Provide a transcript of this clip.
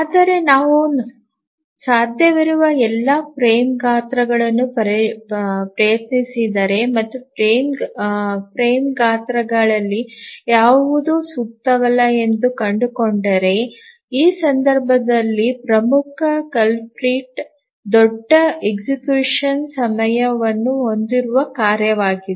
ಆದರೆ ನಾವು ಸಾಧ್ಯವಿರುವ ಎಲ್ಲಾ ಫ್ರೇಮ್ ಗಾತ್ರಗಳನ್ನು ಪ್ರಯತ್ನಿಸಿದರೆ ಮತ್ತು ಫ್ರೇಮ್ ಗಾತ್ರಗಳಲ್ಲಿ ಯಾವುದೂ ಸೂಕ್ತವಲ್ಲ ಎಂದು ಕಂಡುಕೊಂಡರೆ ಈ ಸಂದರ್ಭದಲ್ಲಿ ಪ್ರಮುಖ ಅಪರಾಧಿ ದೊಡ್ಡ Execution ಸಮಯವನ್ನು ಹೊಂದಿರುವ ಕಾರ್ಯವಾಗಿದೆ